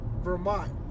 Vermont